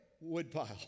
woodpile